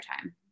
time